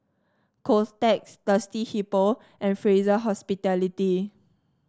Kotex Thirsty Hippo and Fraser Hospitality